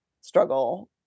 struggle